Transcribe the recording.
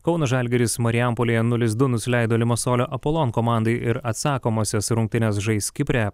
kauno žalgiris marijampolėje nulis du nusileido lima solio apolon komandai ir atsakomąsias rungtynes žais kipre